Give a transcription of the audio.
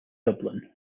dublin